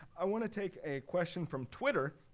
i want to take a question from twitter,